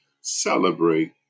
celebrate